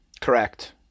correct